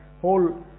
whole